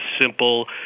simple